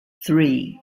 three